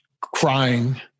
crying